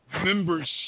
members